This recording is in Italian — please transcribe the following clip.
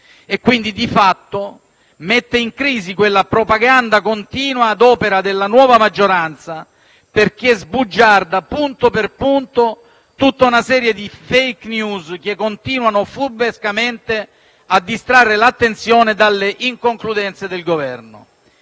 quindi di fatto mette in crisi quella propaganda continua ad opera della nuova maggioranza perché sbugiarda punto per punto tutta una serie di *fake news* che continuano furbescamente a distrarre l'attenzione dalle inconcludenze del Governo.